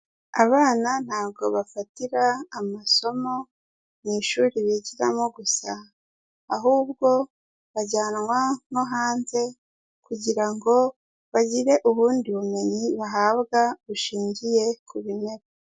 Abana ntabwo bafatira amasomo mu ishuri bigiramo gusa, ahubwo bajyanwa no hanze kugira ngo bagire ubundi bumenyi bahabwa bushingiye ku bimera.